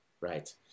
Right